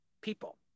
people